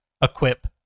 equip